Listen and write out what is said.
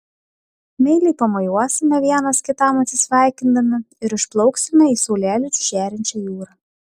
meiliai pamojuosime vienas kitam atsisveikindami ir išplauksime į saulėlydžiu žėrinčią jūrą